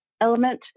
element